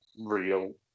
real